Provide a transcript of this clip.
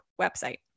website